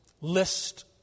list